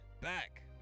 back